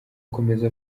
akomeza